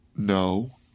No